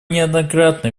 неоднократно